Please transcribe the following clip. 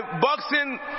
boxing